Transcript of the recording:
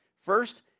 First